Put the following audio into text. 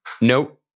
Nope